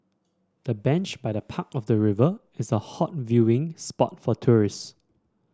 the bench by the park of the river is a hot viewing spot for tourists